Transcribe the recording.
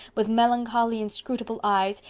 with melancholy, inscrutable eyes,